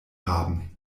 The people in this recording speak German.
haben